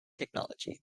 technology